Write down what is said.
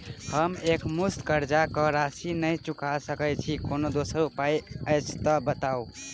हम एकमुस्त कर्जा कऽ राशि नहि चुका सकय छी, कोनो दोसर उपाय अछि तऽ बताबु?